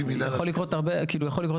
כאילו, יכול לקרות הרבה דברים.